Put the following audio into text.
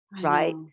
right